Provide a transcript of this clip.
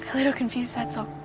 little confused, that's all.